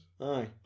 aye